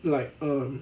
like um